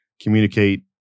communicate